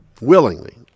willingly